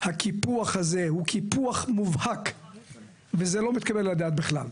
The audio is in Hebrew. הקיפוח הזה הוא קיפוח מובהק וזה לא מתקבל על הדעת בכלל.